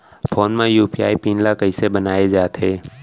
Phone म UPI PIN ल कइसे बनाये जाथे?